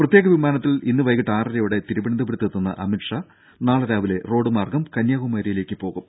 പ്രത്യേക വിമാനത്തിൽ ഇന്ന് വൈകിട്ട് ആറരയോടെ തിരുവനന്തപുരത്തെത്തുന്ന അമിത് ഷാ നാളെ രാവിലെ റോഡ് മാർഗം കന്യാകുമാരിയിലേക്ക് പോകും